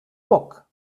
poc